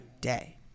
day